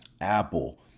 Apple